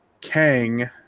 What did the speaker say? Kang